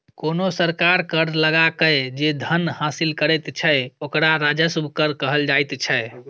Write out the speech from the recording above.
कोनो सरकार कर लगाकए जे धन हासिल करैत छै ओकरा राजस्व कर कहल जाइत छै